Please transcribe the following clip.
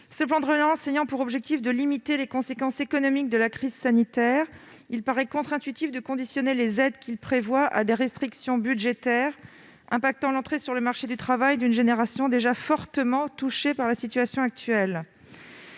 Le plan de relance ayant pour objectif de limiter les conséquences économiques de la crise sanitaire, il paraît contre-intuitif de conditionner les aides qu'il prévoit à des restrictions budgétaires affectant l'entrée sur le marché du travail d'une génération déjà fortement touchée par la situation actuelle.